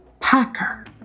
Packer